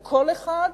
לכל אחד,